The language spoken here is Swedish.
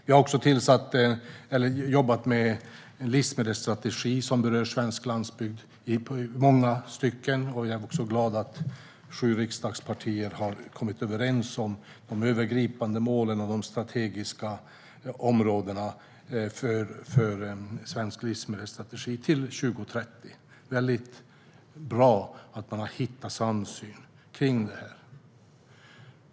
Vi har även jobbat med en livsmedelsstrategi som i många stycken berör svensk landsbygd. Jag är också glad att sju riksdagspartier har kommit överens om de övergripande målen och de strategiska områdena för svensk livsmedelsstrategi till 2030. Det är bra att man har hittat en samsyn kring detta.